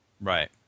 right